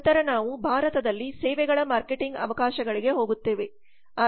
ನಂತರ ನಾವು ಭಾರತದಲ್ಲಿ ಸೇವೆಗಳ ಮಾರ್ಕೆಟಿಂಗ್ ಅವಕಾಶಗಳಿಗೆ ಹೋಗುತ್ತೇವೆ